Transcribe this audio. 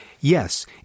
Yes